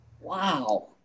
Wow